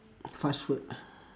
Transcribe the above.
fast food